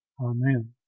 Amen